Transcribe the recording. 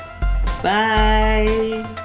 Bye